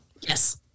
Yes